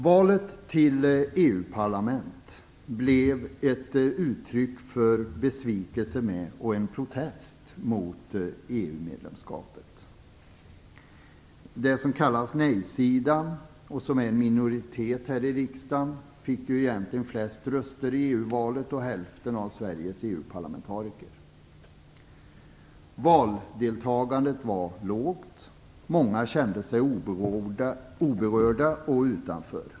Valet till EU-parlamentet blev ett uttryck för besvikelse över och en protest mot EU-medlemskapet. Det som kallas nej-sidan och som är en minoritet här i riksdagen fick egentligen flest röster i EU-valet och fick representera hälften av Sveriges EU Valdeltagandet var lågt. Många kände sig oberörda och utanför.